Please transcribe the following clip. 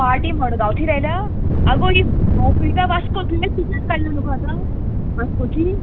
पाटी मडगांवची लायल्या आगो ही बोस वयता वास्को तुवें तिकेंट काडला न्हू गो आतां वास्कोची